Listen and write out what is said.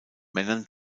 männern